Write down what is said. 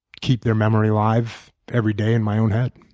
keep their memory alive every day in my own head.